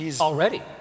Already